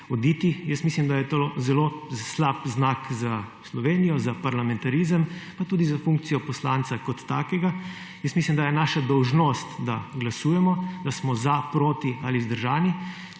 oditi. Jaz mislim, da je to zelo slab znak za Slovenijo, za parlamentarizem, pa tudi za funkcijo poslanca kot takega. Jaz mislim, da je naša dolžnost, da glasujemo, da smo za, proti ali vzdržani.